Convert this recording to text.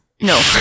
No